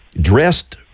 dressed